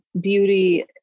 beauty